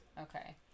okay